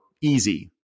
easy